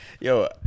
yo